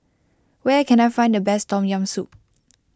where can I find the best Tom Yam Soup